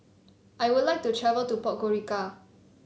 I would like to travel to Podgorica